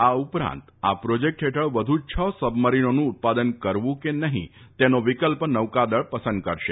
આ ઉપરાંત આ પ્રોજેક્ટ હેઠળ વધુ છ સબમરીનોનું ઉત્પાદન કરવું કે નફીં તેનો વિકલ્પ નૌકાદળ પસંદ કરશે